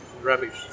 rubbish